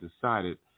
decided